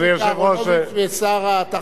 חבר הכנסת, לא, לא.